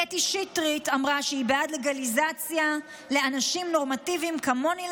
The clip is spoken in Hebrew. קטי שטרית אמרה שהיא בעד לגליזציה: ל"אנשים נורמטיביים כמוני,